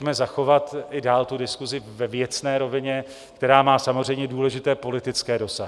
Pojďme zachovat dál diskusi ve věcné rovině, která má samozřejmě důležité politické dosahy.